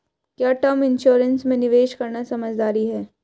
क्या term insurance में निवेश करना समझदारी है?